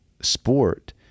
sport